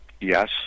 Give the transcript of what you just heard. Yes